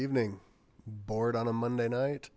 evening board on a monday night